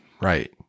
right